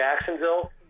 Jacksonville